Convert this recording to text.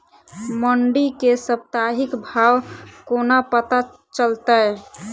मंडी केँ साप्ताहिक भाव कोना पत्ता चलतै?